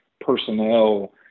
personnel